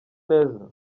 neza